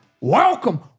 Welcome